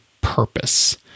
purpose